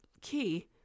key